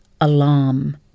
Alarm